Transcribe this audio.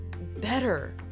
better